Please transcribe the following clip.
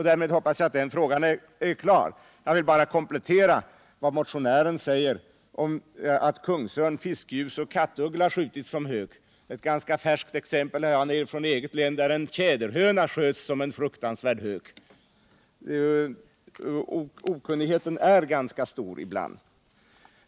Därmed hoppas jag att herr Johanssons fråga är besvarad. Motionärernas påpekande att kungsörn, fiskgjuse och kattuggla skjutits som hök kan jag komplettera med ett färskt exempel från mitt eget län, där en tjäderhöna sköts som en fruktansvärd hök. Okunnigheten är ganska stor ibland.